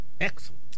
Excellent